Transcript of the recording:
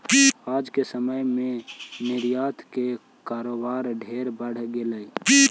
आज के समय में निर्यात के कारोबार ढेर बढ़ गेलई हे